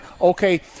okay